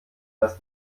dass